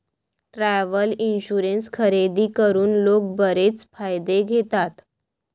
travel insurance खरेदी करून लोक बरेच फायदे घेतात